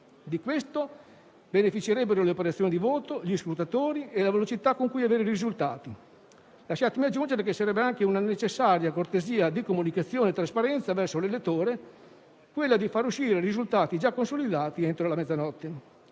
Di questo beneficerebbero le operazioni di voto, gli scrutatori e la velocità con cui avere i risultati. Lasciatemi aggiungere che sarebbe anche una necessaria cortesia di comunicazione e trasparenza verso l'elettore quella di far uscire i risultati già consolidati entro la mezzanotte.